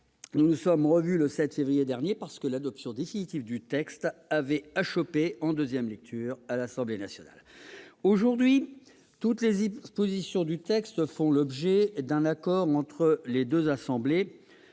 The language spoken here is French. nous nous sommes revus le 7 février dernier, parce que l'adoption définitive de cette proposition de loi avait achoppé en deuxième lecture à l'Assemblée nationale. Aujourd'hui, toutes les dispositions du présent texte bénéficient d'un accord entre les deux assemblées